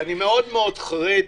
אני מאוד מאוד חרד